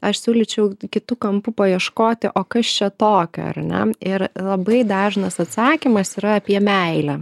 aš siūlyčiau kitu kampu paieškoti o kas čia tokio ar ne ir labai dažnas atsakymas yra apie meilę